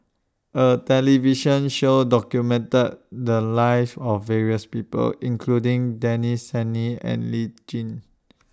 A New television Show documented The Lives of various People including Denis Santry and Lee Tjin